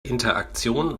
interaktion